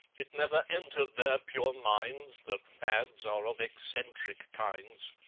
it never entered their pure minds that fads are of eccentric kinds,